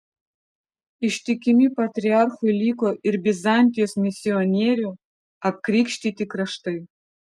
ištikimi patriarchui liko ir bizantijos misionierių apkrikštyti kraštai